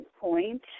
point